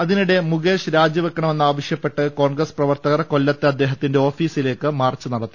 അതിനിടെ മുകേഷ് രാജിവെക്കണമെന്നാ വശ്യപ്പെട്ട് കോൺഗ്രസ് പ്രവർത്തകർ കൊല്ലത്തെ അദ്ദേഹത്തിന്റെ ഓഫീസിലേക്ക് മാർച്ച് നടത്തി